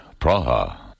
Praha